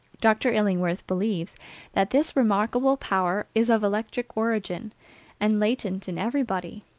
dr. illingworth believes that this remarkable power is of electric origin and latent in everybody.